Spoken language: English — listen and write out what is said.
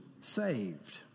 saved